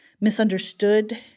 misunderstood